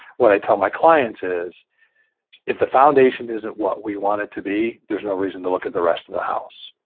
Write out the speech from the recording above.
what i tell my clients is if the foundation isn't what we want it to be, there's no reason to look at the rest of the house.